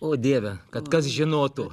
o dieve kad kas žinotų